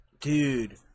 Dude